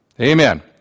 Amen